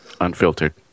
unfiltered